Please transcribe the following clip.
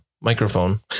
microphone